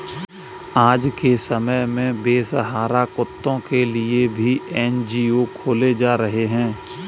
आज के समय में बेसहारा कुत्तों के लिए भी एन.जी.ओ खोले जा रहे हैं